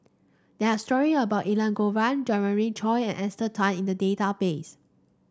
there are story about Elangovan Jeremiah Choy and Esther Tan in the database